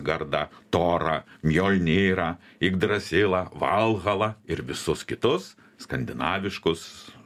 gardą torą mjolnirą igdrasilą valhalą ir visus kitus skandinaviškus